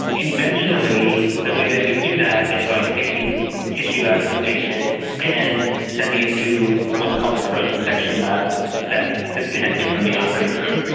conventionally the way that we do that is by taking tissue out of the patient and sending it to what's called a frozen section lab that is disconnected from the operating room,